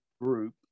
group